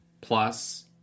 plus